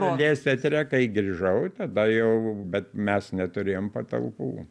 lėlės teatre kai grįžau tada jau bet mes neturėjom patalpų